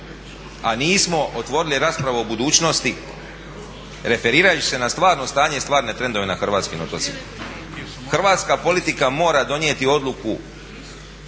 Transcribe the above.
a nismo otvorili raspravu o budućnosti referirajući se na stvarno stanje i stvarne trendove na hrvatskim otocima. Hrvatska politika mora donijeti odluku